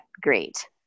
great